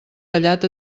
tallat